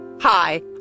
Hi